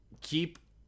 keep